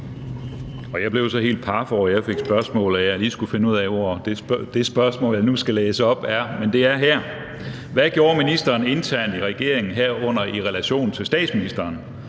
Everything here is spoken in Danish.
Jeg blev jo så helt paf over, at jeg fik et spørgsmål, at jeg lige skulle finde ud af, hvor det spørgsmål, jeg nu skal læse op, er. Men det er her: Hvad gjorde ministeren internt i regeringen – herunder i relation til statsministeren